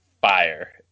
fire